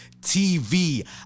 TV